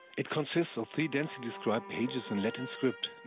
it consists of three densely described pages in latin script,